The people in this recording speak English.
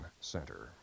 Center